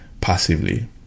passively